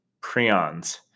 prions